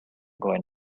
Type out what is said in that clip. going